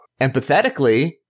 empathetically –